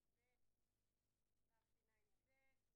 בטבת התשע"ט.